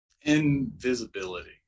Invisibility